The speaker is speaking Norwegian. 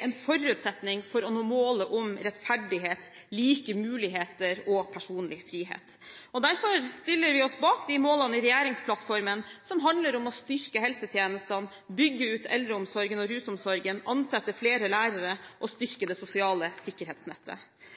en forutsetning for å nå målet om rettferdighet, like muligheter og personlig frihet. Derfor stiller vi oss bak de målene i regjeringsplattformen som handler om å styrke helsetjenestene, bygge ut eldreomsorgen og rusomsorgen, ansette flere lærere og styrke det sosiale sikkerhetsnettet.